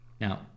Now